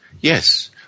yes